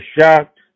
shocked